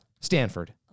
Stanford